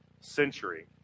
century